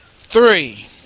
three